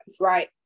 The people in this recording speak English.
right